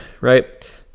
right